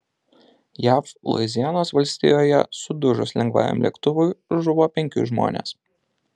jav luizianos valstijoje sudužus lengvajam lėktuvui žuvo penki žmonės